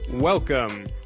Welcome